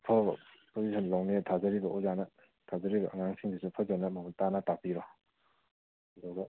ꯑꯐꯕ ꯄꯣꯁꯤꯖꯟ ꯌꯥꯎꯅꯤ ꯊꯥꯖꯔꯤꯕ ꯑꯣꯖꯥꯅ ꯊꯥꯖꯔꯤꯕ ꯑꯉꯥꯡꯁꯤꯡꯁꯤꯡꯗꯨꯁꯨ ꯐꯖꯅ ꯃꯃꯨꯠ ꯇꯥꯅ ꯇꯥꯛꯄꯤꯔꯣ ꯑꯗꯨꯒ